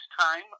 time